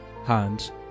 Hands